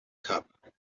cup